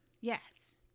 Yes